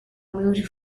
moved